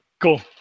Cool